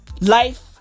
Life